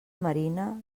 marina